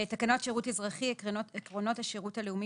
תקנות שירות אזרחי (עקרונות השירות הלאומי